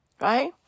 right